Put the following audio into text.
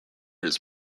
his